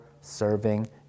serving